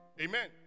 Amen